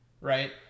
right